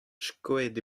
skoet